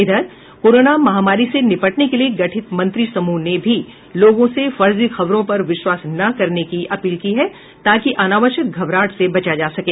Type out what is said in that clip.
इधर कोरोना महामारी से निपटने के लिए गठित मंत्री समूह ने भी लोगों से फर्जी खबरों पर विश्वास न करने की अपील की है ताकि अनावश्यक घबराहट से बचा जा सके